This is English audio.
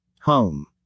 home